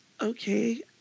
okay